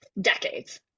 Decades